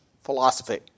philosophy